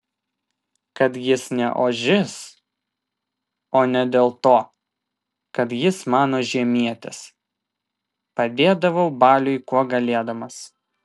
kad jis ne ožys o ne dėl to kad jis mano žemietis padėdavau baliui kuo galėdamas